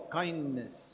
kindness